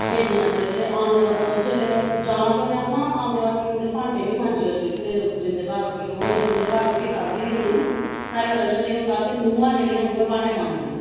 भेजना जेल्लै ते आंदे जेल्लै जाना ते उ'नें आखना आंदे बक्खी उंदे भांडे बी मांजी आएओ जित्थै जिंदे घार रूट्टी उनें जिंदे घर रुट्टी खाद्धी दी होनी ना साढ़े कल्चर एह् होंदा हा कि नू'आं जेह्ड़ियां न उ'ऐ भांड़े मांजदियां